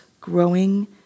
growing